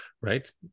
right